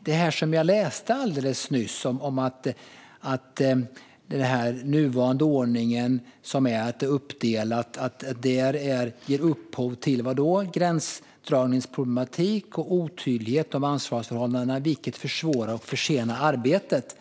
Det jag läste upp alldeles nyss var ju att den nuvarande ordningen, att det är uppdelat, "ger upphov till gränsdragningsproblematik och otydlighet om ansvarsförhållandena, vilket försvårar och försenar arbetet".